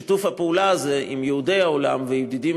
שיתוף הפעולה הזה עם יהודי העולם וידידים